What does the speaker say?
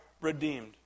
redeemed